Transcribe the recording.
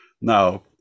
Now